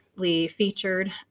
featured